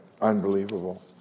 unbelievable